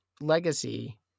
legacy